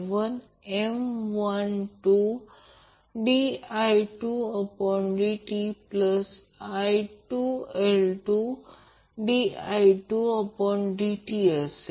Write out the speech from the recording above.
थोडी गणिते सोडवा आणि नंतर ते सोप्प्या पद्धतीने मांडा आणि नंतर ω0 1√LC नंतर √ RL 2 L C RC 2 L C करा